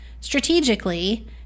strategically